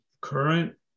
current